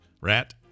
Rat